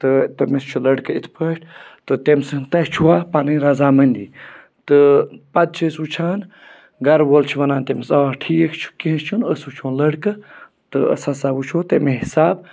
تہٕ تٔمِس چھُ لٔڑکہٕ یِتھ پٲٹھۍ تہٕ تٔمۍ سُںٛد تۄہہِ چھُوا پَنٕنۍ رَضامٔنٛدی تہٕ پَتہٕ چھُ أسۍ وٕچھان گَرٕ وول چھِ وَنان تٔمِس آ ٹھیٖک چھُ کینٛہہ چھُنہٕ أسۍ وٕچھہٕ ہون لڑکہٕ تہٕ أسۍ ہَسا وٕچھو تٔمی حِساب